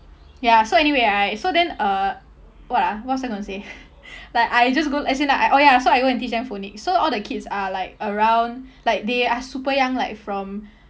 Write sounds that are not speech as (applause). ya so anyway right so then uh what ah what was I gonna say (laughs) like I just go as in like I oh ya so I go and teach them phonics so all the kids are like around like they are super young like from